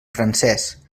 francés